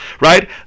right